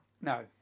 No